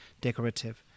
decorative